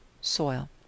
soil